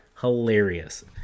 hilarious